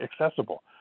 accessible